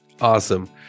Awesome